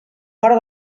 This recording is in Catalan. fora